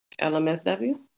LMSW